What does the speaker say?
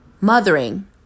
mothering